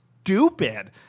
stupid